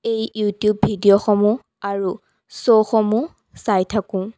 এই ইউটিউব ভিডিঅ'সমূহ আৰু শ্ব'সমূহ চাই থাকোঁ